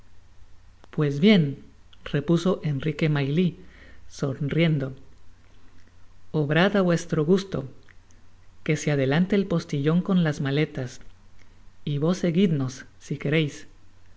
pues bien repuso enrique maylie sonriendo obrad á vuestro gusto que se adelante el postillon con las maletas y vos seguidnos si quereis